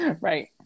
Right